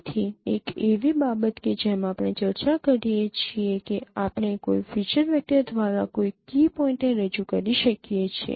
તેથી એક એવી બાબત કે જેમાં આપણે ચર્ચા કરીએ છીએ કે આપણે કોઈ ફીચર વેક્ટર દ્વારા કોઈ કી પોઈન્ટને રજૂ કરી શકીએ છીએ